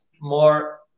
more